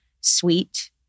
sweet